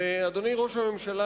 ואדוני ראש הממשלה,